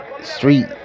street